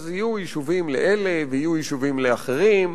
אז יהיו יישובים לאלה ויהיו יישובים לאחרים,